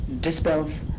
dispels